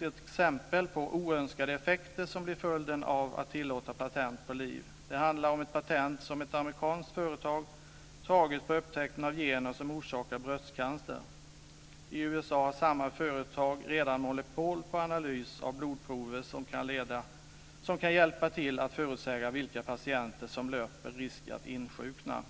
ett exempel på oönskade effekter av att tillåta patent på liv. Det handlar om ett patent som ett amerikanskt företag tagit på upptäckten av gener som orsakar bröstcancer. I USA har samma företag redan monopol på analys av blodprover som kan hjälpa till att förutsäga vilka patienter som löper risk att insjukna.